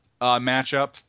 matchup